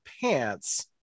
pants